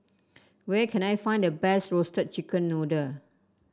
where can I find the best Roasted Chicken Noodle